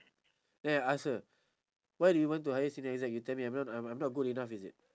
then I ask her why do you want to hire senior exec you tell me I'm not uh I'm not good enough is it